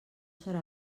serà